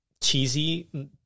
cheesy